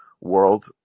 world